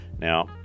Now